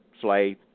slave